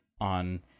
on